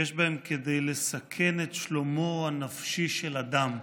שיש בהם כדי לסכן את שלומו הנפשי של אדם.